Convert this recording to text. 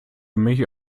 mich